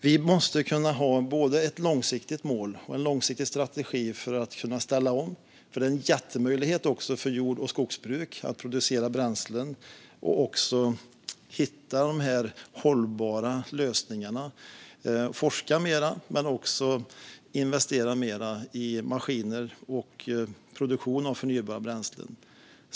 Vi måste kunna ha både ett långsiktigt mål och en långsiktig strategi för att ställa om, för det är en jättemöjlighet också för jord och skogsbruk att producera bränslen och hitta de hållbara lösningarna. Vi måste forska mer men också investera mer i maskiner och i produktion av förnybara bränslen.